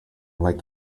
like